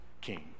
king